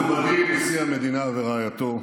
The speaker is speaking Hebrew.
מכובדי נשיא המדינה ורעייתו,